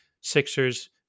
Sixers